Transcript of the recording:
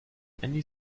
many